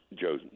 Joe